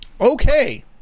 Okay